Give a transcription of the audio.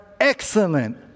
excellent